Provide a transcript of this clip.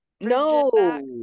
No